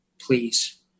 please